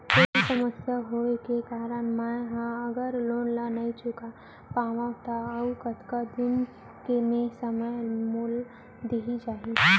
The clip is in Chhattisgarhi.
कोई समस्या होये के कारण मैं हा अगर लोन ला नही चुका पाहव त अऊ कतका दिन में समय मोल दीये जाही?